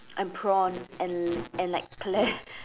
and prawn and l~ and like pla~